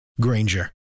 Granger